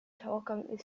tauchgang